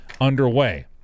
underway